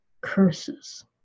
curses